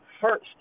first